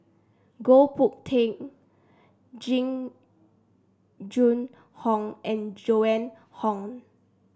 Goh Boon Jing Jun Hong and Joan Hon